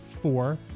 four